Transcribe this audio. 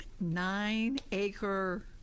nine-acre